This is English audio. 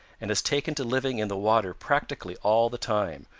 and has taken to living in the water practically all the time,